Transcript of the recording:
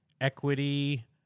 equity